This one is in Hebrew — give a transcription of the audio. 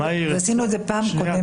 עשינו את זה בפעם הקודמת.